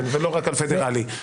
ולא רק על פדרלי.